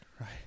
Right